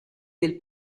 del